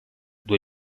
due